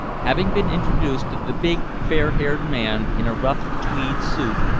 having been introduced to the big, fair-haired man in a rough tweed suit,